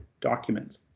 documents